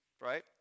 right